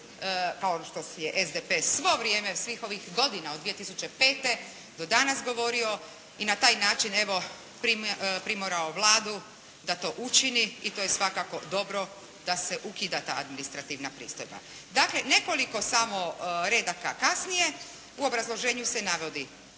kao što je SDP svo vrijeme, svih ovih godina od 2005. do danas govorio i na taj način evo, primorao Vladu da to učini i to je svakako dobro da se ukida ta administrativna pristojba. Dakle, nekoliko samo redaka kasnije u obrazloženju se navodi.